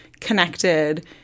connected